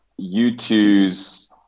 U2's